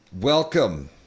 Welcome